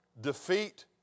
defeat